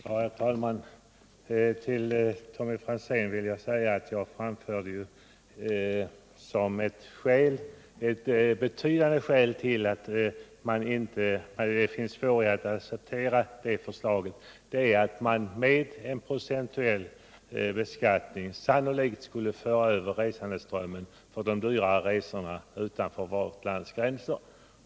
Herr talman! Till Tommy Franzén vill jag säga att jag anförde att ett betydande skäl till att utskottet inte har kunnat acceptera förslaget om en procentuell beskattning är att man därmed sannolikt skulle föra över resandeströmmen när det gäller de dyrare resorna utanför vårt lands gränser.